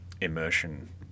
immersion